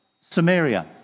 Samaria